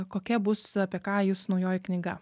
kokia bus apie ką jūsų naujoji knyga